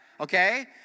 Okay